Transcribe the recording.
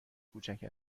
کوچک